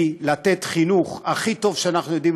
לתת חינוך באופן הכי טוב שאנחנו יודעים,